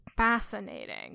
Fascinating